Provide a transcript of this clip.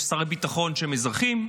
יש שרי ביטחון שהם אזרחים,